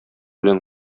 белән